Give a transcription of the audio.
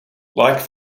like